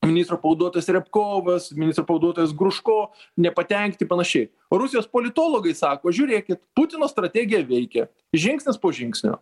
ministro pavaduotojas riabkovas ministro pavaduotojas gruško nepatenkti panašiai rusijos politologai sako žiūrėkit putino strategija veikia žingsnis po žingsnio